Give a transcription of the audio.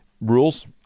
rules